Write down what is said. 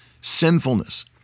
Sinfulness